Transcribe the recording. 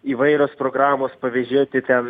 įvairios programos pavėžėti ten